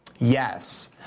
Yes